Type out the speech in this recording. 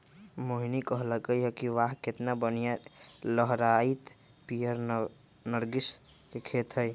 मोहिनी कहलकई कि वाह केतना बनिहा लहराईत पीयर नर्गिस के खेत हई